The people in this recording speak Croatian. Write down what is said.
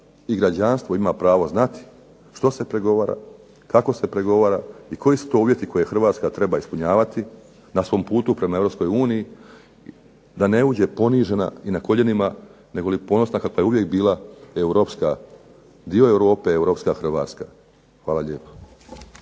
i građanstvo ima pravo znati što se pregovara, kako se pregovara i koji su to uvjeti koje Hrvatska treba ispunjavati na svojem putu prema Europskoj uniji da ne uđe ponižena i na koljenima, nego ponosna kakva je uvijek bila, dio Europe, Europska Hrvatska. Hvala lijepa.